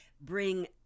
bring